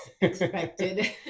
expected